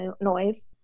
noise